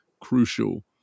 crucial